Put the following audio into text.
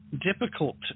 difficult